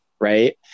right